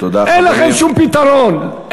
אין לכם שום פתרון.